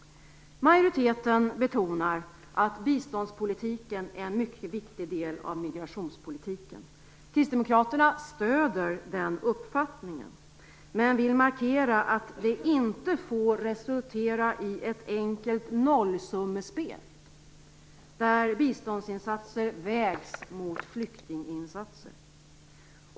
Majoriteten betonar att biståndspolitiken är en mycket viktig del av migrationpolitiken. Kristdemokraterna stöder den uppfattningen men vill markera att det inte får resultera i ett enkelt nollsummespel, där biståndsinsatser vägs mot flyktinginsatser.